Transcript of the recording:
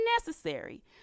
necessary